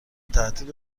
تهدید